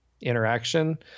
interaction